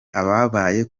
ababaye